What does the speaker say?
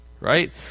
right